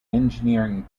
engineering